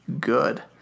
good